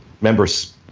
members